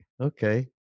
okay